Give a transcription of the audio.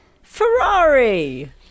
Ferrari